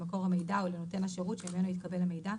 למקור המידע או לנותן השירות שממנו התקבל המידע,